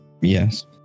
Yes